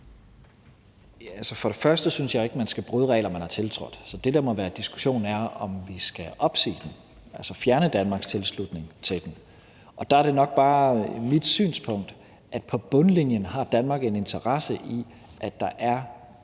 og fremmest synes jeg ikke, man skal bryde regler, man har tiltrådt, så det, der må være diskussionen, er, om vi skal opsige dem, altså fjerne Danmarks tilslutning til dem. Og der er det nok bare mit synspunkt, at på bundlinjen har Danmark en interesse i, at der er